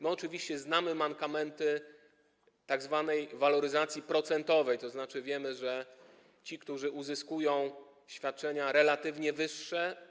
My oczywiście znamy mankamenty tzw. waloryzacji procentowej, tzn. wiemy, że ci, którzy uzyskują świadczenia relatywnie wyższe.